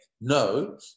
no